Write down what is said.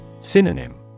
Synonym